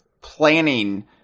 planning